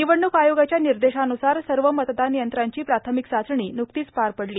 निवडणूक आयोगाच्या निर्देशान्सार सर्व मतदान यंत्रांची प्राथमिक चाचणी नुकतीच पार पडली